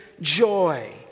joy